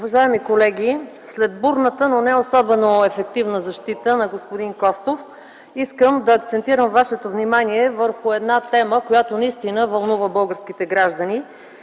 Уважаеми колеги, след бурната, но не особено ефективна защита на господин Костов, искам да акцентирам вашето внимание върху една тема, която наистина вълнува българските граждани